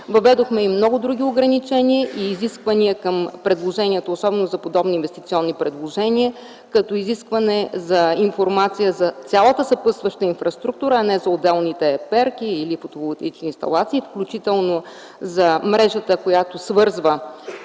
Въведохме и много други ограничения и изисквания към предложенията, особено за подобни инвестиционни предложения, като изискване за информация за цялата съпътстваща инфраструктура, а не за отделните перки или фотоволтаични инсталации, включително за мрежата, която свързва